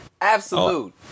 absolute